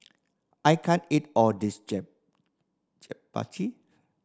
I can't eat all this Japchae